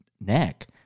neck